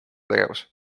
tegevus